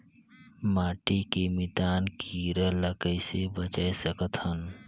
माटी के मितान कीरा ल कइसे बचाय सकत हन?